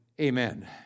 amen